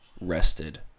rested